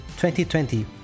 2020